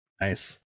Nice